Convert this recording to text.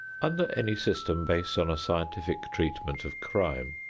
under any system based on a scientific treatment of crime,